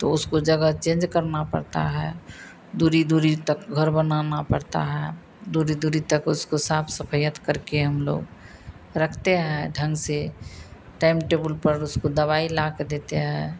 तो उसको जगह चेंज करना पड़ता है दूरी दूरी तक घर बनाना पड़ता है दूरी दूरी तक उसकी साफ सफइयत करके हम लोग रखते हैं ढंग से टइम टेबुल पर उसको दवाई लाकर देते हैं